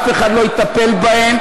אף אחד לא יטפל בהם,